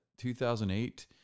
2008